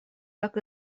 так